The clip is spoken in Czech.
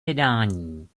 vydání